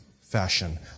fashion